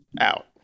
out